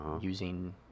using